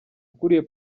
ukuriye